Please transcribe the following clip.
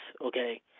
okay